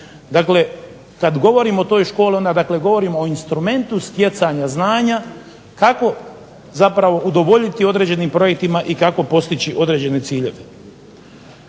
Dakle, kad govorim o toj školi onda dakle govorim o instrumentu stjecanja znanja kako zapravo udovoljiti određenim projektima i kako postići određene ciljeve.